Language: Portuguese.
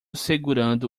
segurando